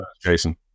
Jason